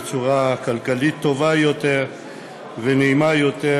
בצורה כלכלית טובה יותר ונעימה יותר